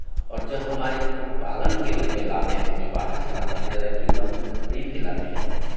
और जो हमारे कुक्कुट पालन के रूप में लाते हैं जो बाहर से लाते हैं ज़्यादा कीमत में खरीद के लाते हैं